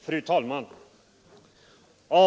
Fru talman!